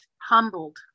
humbled